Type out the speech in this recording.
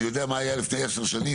אני יודע מה היה לפני עשר שנים,